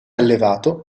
allevato